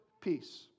peace